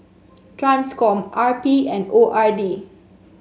Transcom R P and O R D